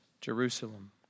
Jerusalem